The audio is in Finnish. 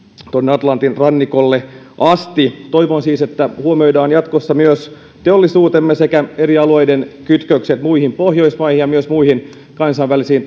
atlantin rannikolle asti toivon siis että jatkossa huomioidaan myös teollisuutemme sekä eri alueiden kytkökset muihin pohjoismaihin ja myös muihin kansainvälisiin